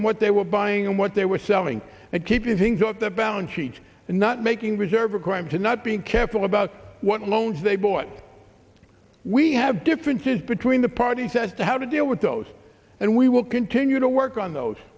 and what they were buying and what they were selling and keeping things off the bound cheech and not making reserve a crime to not being careful about what loans they bought we have differences between the parties as to how to deal with those and we will continue to work on those